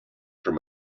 from